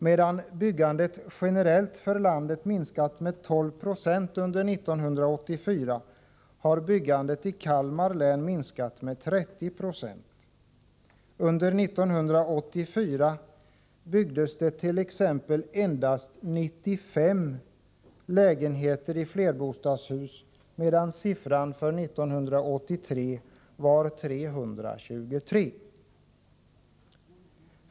Medan byggandet generellt för landet minskat med 12 90 under 1984 har byggandet i Kalmar län minskat med 30 96. Under 1984 byggdes det t.ex. endast 95 lägenheter i flerbostadshus, medan siffran för 1983 var 323.